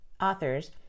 authors